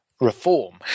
reform